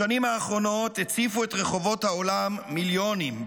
בשנים האחרונות הציפו את רחובות העולם מיליונים,